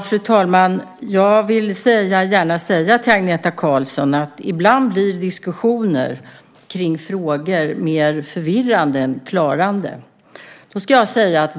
Fru talman! Ibland blir diskussioner kring frågor mer förvirrande än klarläggande.